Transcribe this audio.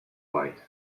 wide